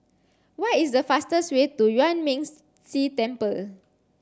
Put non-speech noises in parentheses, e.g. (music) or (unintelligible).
what is the fastest way to Yuan Ming (unintelligible) Si Temple